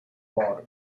por